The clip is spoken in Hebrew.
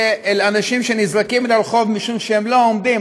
של אנשים שנזרקים לרחוב משום שהם לא עומדים,